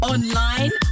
Online